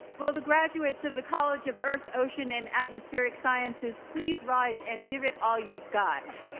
will the graduates of the college of earth, ocean and atmospheric sciences pleaserise and give it all you've got.